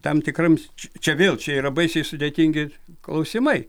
tam tikrams čia vėl čia yra baisiai sudėtingi klausimai